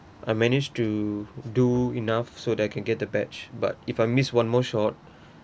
I managed to do enough so that I can get the batch but if I miss one more shot